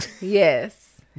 Yes